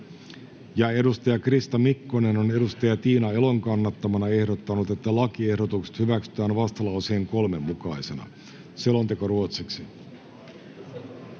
ja Krista Mikkonen on Tiina Elon kannattamana ehdottanut, että lakiehdotus hyväksytään vastalauseen 3 mukaisena. [Speech 3]